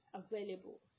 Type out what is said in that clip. available